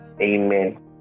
Amen